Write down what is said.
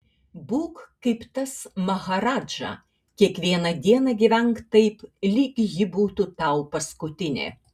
būk kaip tas maharadža kiekvieną dieną gyvenk taip lyg ji būtų tau paskutinė